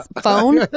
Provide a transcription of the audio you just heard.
phone